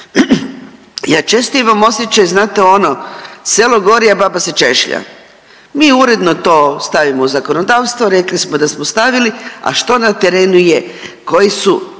Ja često imam osjećaj znate ono selo gori a baba se češlja. Mi uredno to stavimo u zakonodavstvo, rekli smo da smo stavili, a što na terenu je, koji su